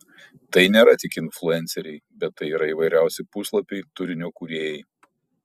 tai nėra tik influenceriai bet tai yra įvairiausi puslapiai turinio kūrėjai